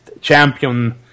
champion